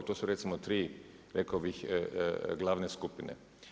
To su recimo tri, rekao bih glavne skupine.